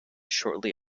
shortly